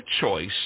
choice